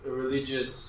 religious